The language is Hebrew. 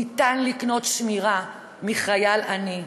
אפשר לקנות שמירה מחייל עני.